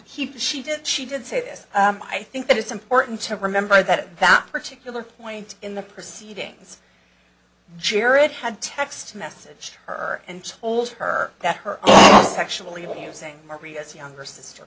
reviews he she did she did say this i think that it's important to remember that at that particular point in the proceedings jared had text messaged her and told her that her sexually abusing maria's younger sister